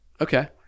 Okay